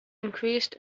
increased